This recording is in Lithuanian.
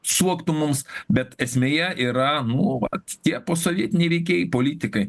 suoktų mums bet esmėje yra nu vat tie posovietiniai veikėjai politikai